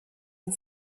and